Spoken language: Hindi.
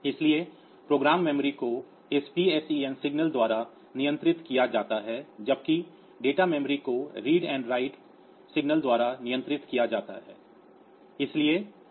इसलिए प्रोग्राम मेमोरी को इस PSEN सिग्नल द्वारा नियंत्रित किया जाता है जबकि डेटा मेमोरी को रीड एंड राइट सिग्नल द्वारा नियंत्रित किया जाता है